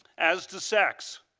as to sex,